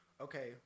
okay